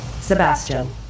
Sebastian